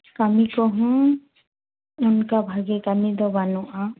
ᱠᱟᱹᱢᱤ ᱠᱚᱦᱚᱸ ᱚᱱᱠᱟ ᱵᱷᱟᱜᱮ ᱠᱟᱹᱢᱤ ᱫᱚ ᱵᱟᱹᱱᱩᱜᱼᱟ